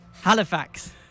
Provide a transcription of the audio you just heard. Halifax